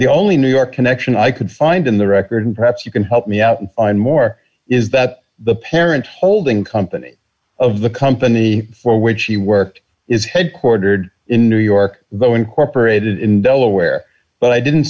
the only new york connection i could find in the record perhaps you can help me out and more is that the parents holding company of the company for which he worked is headquartered in new york though incorporated in delaware but i didn't